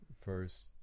first